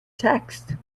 text